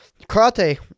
Karate